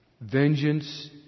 Vengeance